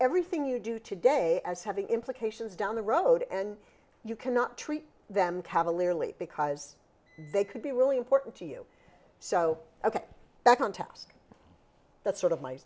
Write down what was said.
everything you do today as having implications down the road and you cannot treat them cavalierly because they could be really important to you so ok back on task that's sort of my